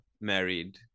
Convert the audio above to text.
married